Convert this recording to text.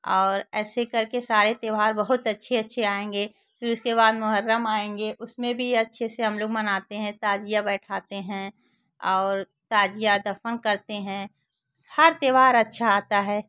और ऐसे करके सारे त्यौहार बहुत अच्छे अच्छे आएंगे फिर उसके बाद मुहर्रम आएगा उसमें भी अच्छे से हम लोग मनाते हैं ताज़िया बैठाते हैं और ताज़िया दफन करते हैं हर त्यौहार अच्छा आता है